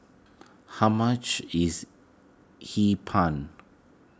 how much is Hee Pan